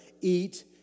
eat